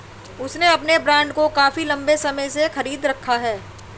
उसने अपने बॉन्ड को काफी लंबे समय से खरीद रखा है